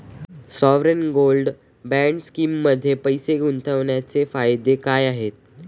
Sovereign gold bond स्कीममध्ये पैसे गुंतवण्याचे फायदे काय आहेत?